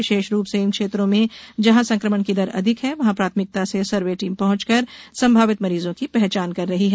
विशेष रूप से उन क्षेत्रों में जहाँ संक्रमण की दर अधिक है वहाँ प्राथमिकता से सर्वे टीम पहुँच कर संभावित मरीजों की पहचान कर रही है